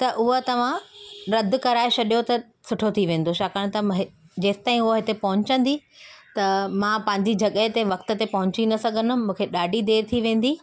त उहो तव्हां रदि कराए छॾियो त सुठो थी वेंदो छाकाणि त जेसिताईं हूअ हिते पहुचंदी त मां पंहिंजी जॻहि ते वक़्त ते पहुची न सघंदमि मूंखे ॾाढी देरि थी वेंदी